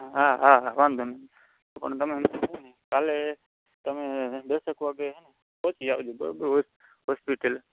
હા હા વાંધો નહીં પણ તમે કાલે તમે દસેક વાગે પછી આવજો બરાબર હૉસ્પ હૉસ્પિટલે